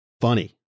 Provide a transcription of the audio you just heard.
funny